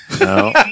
No